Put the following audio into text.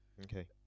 Okay